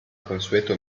consueto